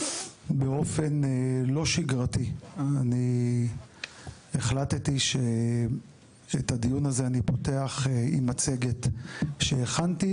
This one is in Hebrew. באופן לא שגרתי אני החלטתי שאת הדיון הזה אני פותח עם מצגת שהכנתי,